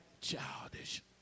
childish